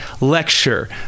lecture